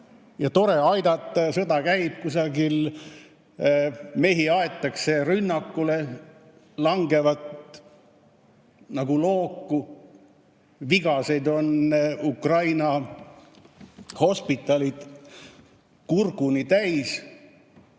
on aidata. Sõda käib kusagil, mehi aetakse rünnakule, langevad nagu loogu, vigaseid on Ukraina hospitalid kurguni täis.